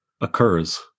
Occurs